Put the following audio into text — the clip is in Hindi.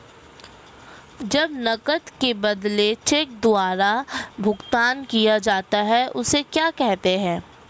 जब नकद के बदले चेक द्वारा भुगतान किया जाता हैं उसे क्या कहते है?